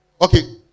Okay